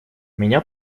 меня